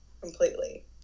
completely